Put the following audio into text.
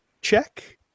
check